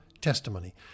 testimony